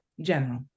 General